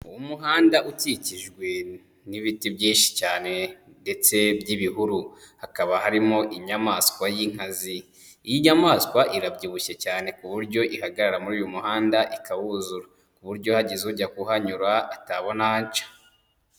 Umuhanda ukikijwe n'ibiti byinshi cyane ndetse by'ibihuru, hakaba harimo inyamaswa y'inkazi, iyi nyamaswa irabyibushye cyane ku buryo ihagarara muri uyu muhanda ikawuzura, ku buryo hagize ujya kuhanyura atabona aho aca.